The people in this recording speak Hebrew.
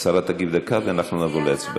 השרה תגיב דקה, ואנחנו נעבור להצבעה.